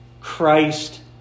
Christ